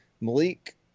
Malik